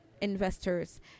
investors